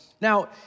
Now